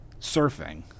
surfing